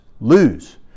lose